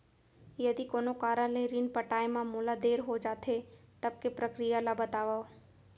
यदि कोनो कारन ले ऋण पटाय मा मोला देर हो जाथे, तब के प्रक्रिया ला बतावव